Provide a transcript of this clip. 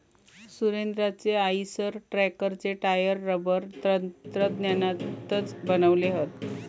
सुरेंद्राचे आईसर ट्रॅक्टरचे tyre rubber तंत्रज्ञानातनाच बनवले हत